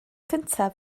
cyntaf